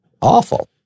Awful